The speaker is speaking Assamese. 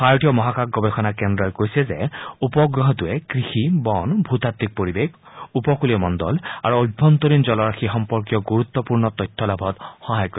ভাৰতীয় মহাকাশ গৱেষণা কেন্দ্ৰই কৈছে যে উপগ্ৰটোৰে কৃষি বন ভূতাত্বিক পৰিৱেশ উপকূলীয় মণ্ডল আৰু অভ্যন্তৰীণ জলৰাশি সম্পৰ্কীয় গুৰুত্বপূৰ্ণ তথ্য লাভত সহায় কৰিব